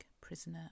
Prisoner